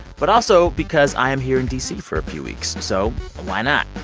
but also because i am here in d c. for a few weeks. so why not?